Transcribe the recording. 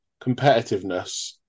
competitiveness